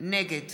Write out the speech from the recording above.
נגד